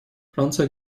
франция